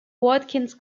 watkins